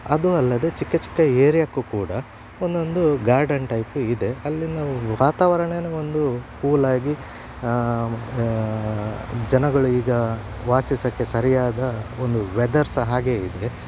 ಅದು ಅಲ್ಲದೆ ಚಿಕ್ಕ ಚಿಕ್ಕ ಏರಿಯಕ್ಕೆ ಕೂಡ ಒಂದೊಂದು ಗಾರ್ಡನ್ ಟೈಪ್ ಇದೆ ಅಲ್ಲಿನ ವಾತಾವರಣನು ಒಂದು ಕೂಲ್ ಆಗಿ ಜನಗಳು ಈಗ ವಾಸಿಸೋಕ್ಕೆ ಸರಿಯಾದ ಒಂದು ವೆದರ್ ಸಹ ಹಾಗೇ ಇದೆ